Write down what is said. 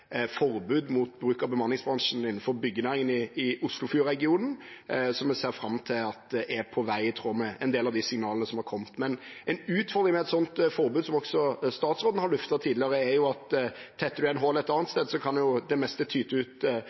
på vei, i tråd med en del av de signalene som har kommet. Men en utfordring med et sånt forbud – som også statsråden har luftet tidligere – er at tetter en igjen et hull ett sted, kan det meste tyte ut